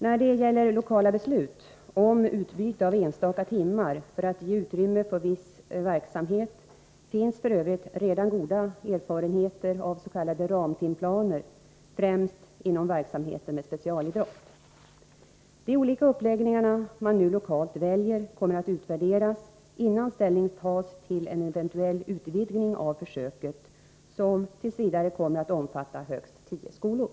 När det gäller lokala beslut om utbyte av enstaka timmar för att ge utrymme för en viss verksamhet finns f.ö. redan goda erfarenheter zv s.k. ramtimplaner, främst inom verksamheten med specialidrott. De olika uppläggningar man nu lokalt väljer kommer att utvärderas innan ställning tas till en eventuell utvidgning av försöket, som t. v. kommer att omfatta högst tio skolor.